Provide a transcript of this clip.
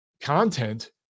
content